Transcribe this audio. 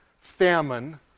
famine